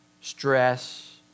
stress